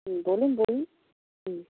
হুম বলুন বলুন হুম